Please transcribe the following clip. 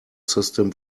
system